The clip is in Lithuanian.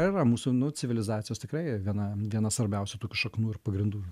yra mūsų nu civilizacijos tikrai viena viena svarbiausių tokių šaknų ir pagrindų